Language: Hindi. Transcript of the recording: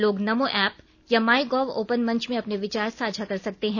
लोग नमो ऐप या माई गोव ओपन मंच में अपने विचार साझा कर सकते हैं